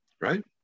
right